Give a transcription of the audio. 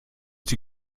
die